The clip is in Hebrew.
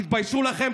תתביישו לכם.